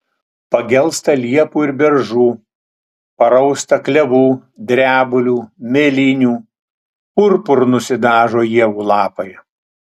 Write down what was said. pagelsta liepų ir beržų parausta klevų drebulių mėlynių purpuru nusidažo ievų lapai